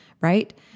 right